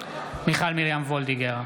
מיכל מרים וולדיגר,